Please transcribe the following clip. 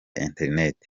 internet